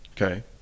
Okay